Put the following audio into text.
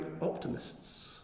optimists